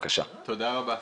תודה רבה.